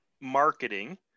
marketing